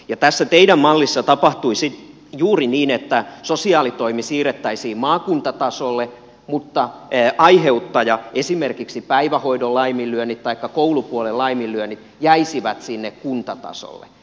ja tässä teidän mallissanne tapahtuisi juuri niin että sosiaalitoimi siirrettäisiin maakuntatasolle mutta aiheuttaja esimerkiksi päivähoidon laiminlyönnit taikka koulupuolen laiminlyönnit jäisi sinne kuntatasolle